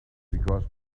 because